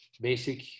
basic